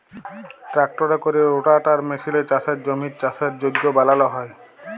ট্রাক্টরে ক্যরে রোটাটার মেসিলে চাষের জমির চাষের যগ্য বালাল হ্যয়